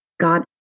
God